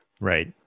Right